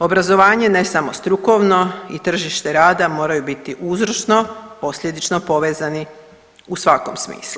Obrazovanje, ne samo strukovno i tržište rada moraju biti uzročno posljedično povezani u svakom smislu.